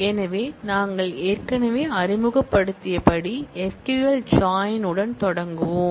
எனவே நாங்கள் ஏற்கனவே அறிமுகப்படுத்தியபடி SQL ஜாயின் உடன் தொடங்குவோம்